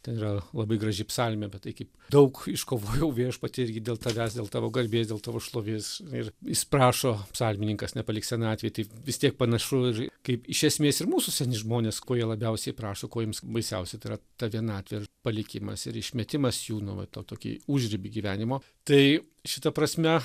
ten yra labai graži psalmė apie tai kaip daug iškovojau viešpatie irgi dėl tavęs dėl tavo garbės dėl tavo šlovės ir jis prašo psalmininkas nepalik senatvėj tai vis tiek panašu ir kaip iš esmės ir mūsų seni žmonės ko jie labiausiai prašo ko jiems baisiausiai tai yra ta vienatvė palikimas ir išmetimas jų nu va tą tokį užribį gyvenimo tai šita prasme